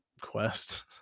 Quest